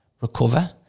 recover